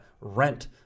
rent